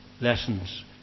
lessons